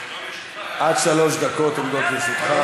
עד שלוש דקות עומדות לרשותך.